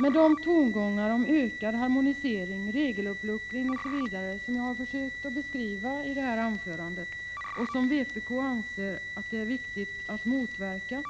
Med de tongångar om ökad harmonisering, regeluppluckring osv. som jag har försökt beskriva i det här anförandet och som vpk anser det viktigt att motverka,